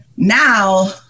Now